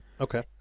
okay